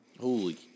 Holy